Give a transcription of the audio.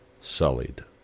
sullied